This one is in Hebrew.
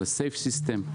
על safe system,